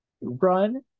run